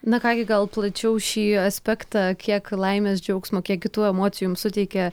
na ką gi gal plačiau šį aspektą kiek laimės džiaugsmo kiek kitų emocijų jums suteikė